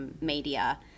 media